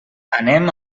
anem